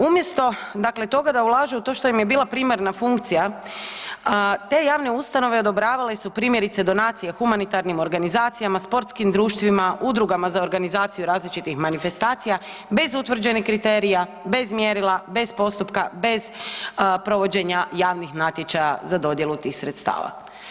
Umjesto, dakle toga da ulaže u to što im je bila primarna funkcija, te javne ustanove odobravale su primjerice donacije humanitarnim organizacijama, sportskim društvima, udrugama za organizaciju različitih manifestacija bez utvrđenih kriterija, bez mjerila, bez postupka, bez provođenja javnih natječaja za dodjelu tih sredstava.